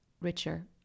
richer